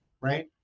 right